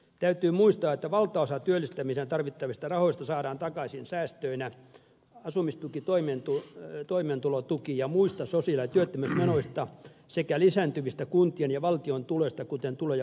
täytyy muistaa että valtaosa työllistämiseen tarvittavista rahoista saadaan takaisin säästöinä asumistuki toimeentulotuki ja muista sosiaali ja työttömyysmenoista sekä lisääntyvistä kuntien ja valtion tuloista kuten tulo ja arvonlisäveroista